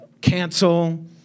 cancel